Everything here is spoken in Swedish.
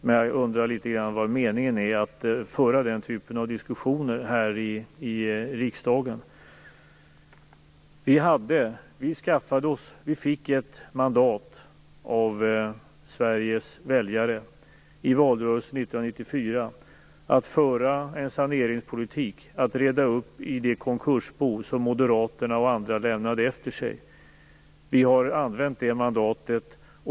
Men jag undrar litet grand vad meningen är med att föra den typen av diskussioner här i riksdagen. Vi fick ett mandat av Sveriges väljare i valrörelsen 1994 att föra en saneringspolitik, att reda upp i det konkursbo som Moderaterna och andra lämnade efter sig. Vi har använt det mandatet.